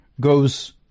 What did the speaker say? goes